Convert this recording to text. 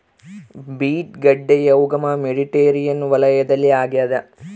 beet ಗಡ್ಡೆಯ ಉಗಮ Mediterranean ವಲಯದಲ್ಲಿ ಆಗ್ಯಾದ